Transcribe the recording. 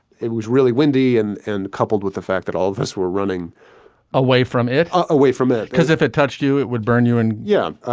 it was really windy and and coupled with the fact that all of us were running away from it, away from it, because if it touched you, it would burn you in. yeah.